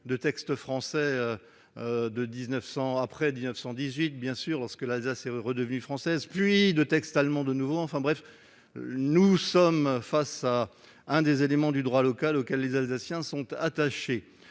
de textes français après 1918, lorsque l'Alsace est redevenue française, puis de textes allemands de nouveau. Bref, nous sommes face à l'un des éléments du droit local auquel les Alsaciens sont attachés.